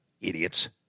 idiots